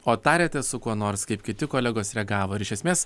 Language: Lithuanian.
o tariatės su kuo nors kaip kiti kolegos reagavo ir iš esmės